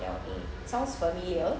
ya okay sounds familiar